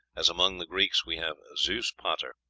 as among the greeks we have zeus-pater,